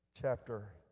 chapter